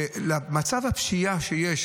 הם אומרים שמצב הפשיעה שיש